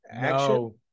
No